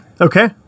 Okay